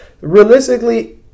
Realistically